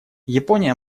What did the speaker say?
япония